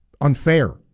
unfair